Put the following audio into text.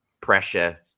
pressure